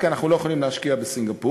כי אנחנו לא יכולים להשקיע בסינגפור.